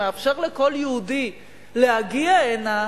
שמאפשר לכל יהודי להגיע הנה,